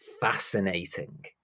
fascinating